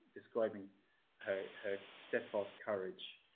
describing her her steadfast courage.